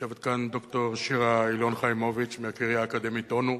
יושבת כאן ד"ר שירה ילון-חיימוביץ מהקריה האקדמית אונו,